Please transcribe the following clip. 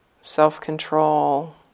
self-control